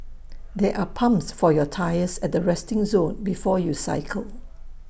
there are pumps for your tyres at the resting zone before you cycle